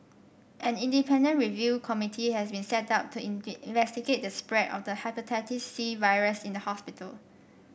an independent review committee has been set up to investigate the spread of the Hepatitis C virus in the hospital